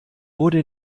wurde